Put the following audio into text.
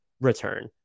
return